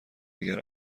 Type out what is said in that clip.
دیگر